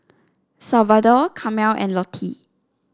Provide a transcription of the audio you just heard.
Salvador Carmel and Lottie